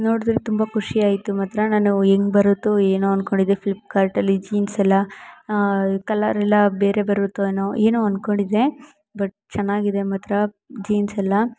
ನೋಡಿದರೆ ತುಂಬ ಖುಷಿಯಾಯಿತು ಮಾತ್ರ ನಾನು ಹೆಂಗ್ ಬರುತ್ತೊ ಏನೋ ಅಂದ್ಕೊಂಡಿದ್ದೆ ಫ್ಲಿಪ್ಕಾರ್ಟಲ್ಲಿ ಜೀನ್ಸ್ ಎಲ್ಲ ಕಲರೆಲ್ಲ ಬೇರೆ ಬರುತ್ತೊ ಏನೋ ಏನೋ ಅಂದ್ಕೊಂಡಿದ್ದೆ ಬಟ್ ಚೆನ್ನಾಗಿದೆ ಮಾತ್ರ ಜೀನ್ಸ್ ಎಲ್ಲ